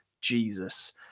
jesus